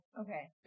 Okay